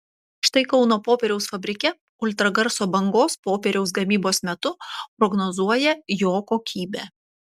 štai kauno popieriaus fabrike ultragarso bangos popieriaus gamybos metu prognozuoja jo kokybę